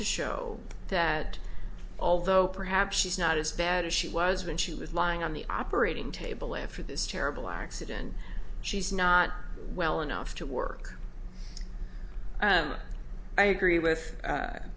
to show that although perhaps she's not as bad as she was when she was lying on the operating table after this terrible accident and she's not well enough to work i agree with